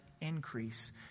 increase